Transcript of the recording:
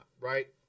right